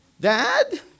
Dad